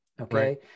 Okay